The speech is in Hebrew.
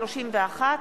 שינוי תקופת צווי הגבלה),